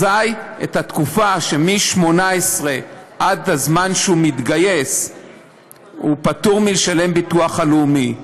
אזי בתקופה שמ-18 עד הזמן שהוא מתגייס הוא פטור מלשלם ביטוח לאומי,